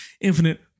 Infinite